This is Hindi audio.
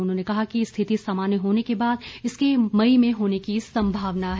उन्होंने कहा कि स्थिति सामान्य होने के बाद इसके मई में होने की संभावना है